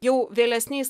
jau vėlesniais